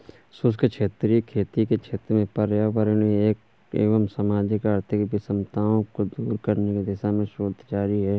शुष्क क्षेत्रीय खेती के क्षेत्र में पर्यावरणीय एवं सामाजिक आर्थिक विषमताओं को दूर करने की दिशा में शोध जारी है